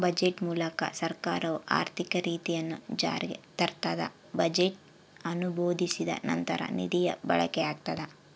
budget ಮೂಲಕ ಸರ್ಕಾರವು ಆರ್ಥಿಕ ನೀತಿಯನ್ನು ಜಾರಿಗೆ ತರ್ತದ ಬಜೆಟ್ ಅನುಮೋದಿಸಿದ ನಂತರ ನಿಧಿಯ ಬಳಕೆಯಾಗ್ತದ